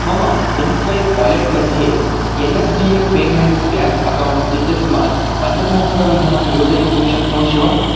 मम M swipe वालेट्मध्ये N S D L payments bank account इत्यस्मात् पञ्चसहस्रं धनं योजयितुं शक्नोषि वा